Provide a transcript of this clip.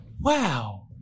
Wow